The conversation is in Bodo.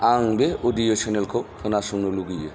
आं बे अडिय' चेनेलखौ खोनासंनो लुबैयो